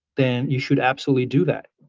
then you should absolutely do that.